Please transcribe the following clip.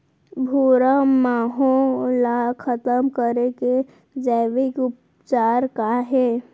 भूरा माहो ला खतम करे के जैविक उपचार का हे?